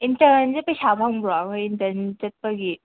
ꯏꯟꯇꯔꯟꯁꯦ ꯄꯩꯁꯥ ꯐꯪꯕ꯭ꯔꯣ ꯑꯩꯈꯣꯏ ꯏꯟꯇꯔꯟ ꯆꯠꯄꯒꯤ